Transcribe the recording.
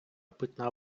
питна